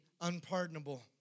unpardonable